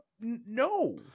no